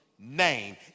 name